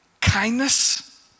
kindness